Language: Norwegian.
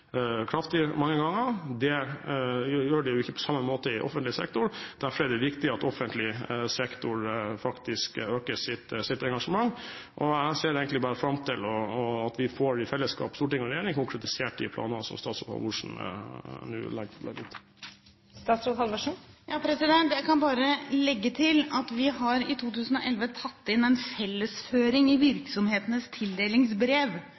kraftig, og dermed også lærlingplasser. Det gjør det jo ikke på samme måte i offentlig sektor, og derfor er det viktig at offentlig sektor øker sitt engasjement. Jeg ser fram til at storting og regjering i fellesskap får konkretisert de planene som statsråd Halvorsen nå legger opp. Jeg kan legge til at vi har i 2011 tatt inn en fellesføring i virksomhetenes tildelingsbrev,